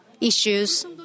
issues